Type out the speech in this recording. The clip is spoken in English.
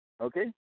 okay